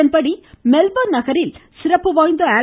இதன்படி மெல்பா்ன் நகரில் சிறப்பு வாய்ந்த ஆல்